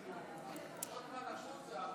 הנושא שעומד לפתחנו,